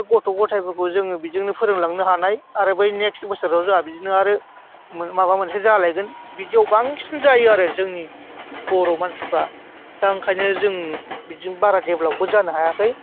दा गथ' गथायफोरखौ जों बेजोंनो फोरोंलांनो हानाय आरो बै नेस्क्ट बोसोराव जोंहा बिदिनो आरो माबा मोनसे जालायगोन बिदियाव बांसिन जायो आरो जोंनि बर'मानसिफ्रा दा ओंखायनो जों बिदिजों बारा डेभेलपबो जानो हायाखै